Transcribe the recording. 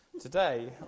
Today